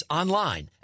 online